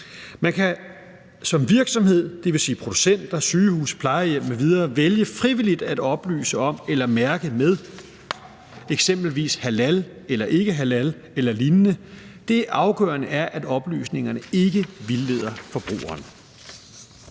Man kan som virksomhed, det vil sige producenter, sygehuse, plejehjem m.v., vælge frivilligt at oplyse om det eller mærke med det, i forhold til om det eksempelvis er halal, ikkehalal eller lignende. Det afgørende er, at oplysningerne ikke vildleder forbrugeren.